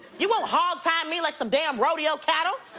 you won't hogtie me like some damn rodeo cattle.